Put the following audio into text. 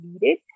needed